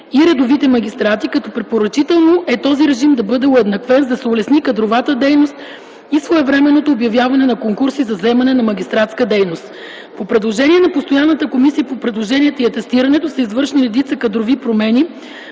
и редовите магистрати, като препоръчително е този режим да бъде уеднаквен, за да се улесни кадровата дейност и своевременното обявяване на конкурси за заемане на магистратска длъжност. По предложение на Постоянната комисия по предложенията и атестирането са извършени редица кадрови промени